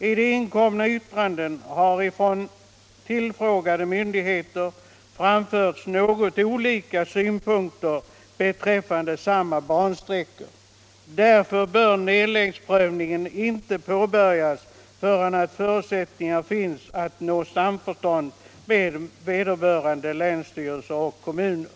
I de inkomna yttrandena har från tillfrågade myndigheter framförts något olika synpunkter beträffande samma bansträckor. Därför bör nedläggningsprövning inte påbörjas förrän förutsättningar finns att nå samförstånd med vederbörande länsstyrelser och kommuner.